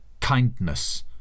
kindness